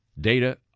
Data